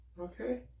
Okay